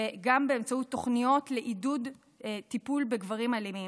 וגם באמצעות תוכניות לעידוד טיפול בגברים אלימים.